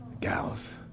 gals